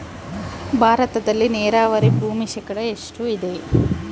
ಭಾರತದಲ್ಲಿ ನೇರಾವರಿ ಭೂಮಿ ಶೇಕಡ ಎಷ್ಟು ಇದೆ?